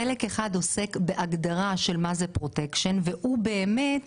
חלק אחד עוסק בהגדרה של מה זה פרוטקשן והוא באמת